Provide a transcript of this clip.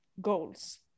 goals